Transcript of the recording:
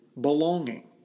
belonging